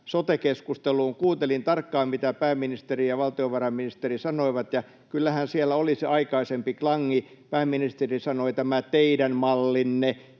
sote-keskusteluun. Kuuntelin tarkkaan, mitä pääministeri ja valtiovarainministeri sanoivat, ja kyllähän siellä oli se aikaisempi klangi: pääministeri sanoi, että ”tämä teidän mallinne”,